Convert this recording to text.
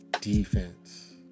defense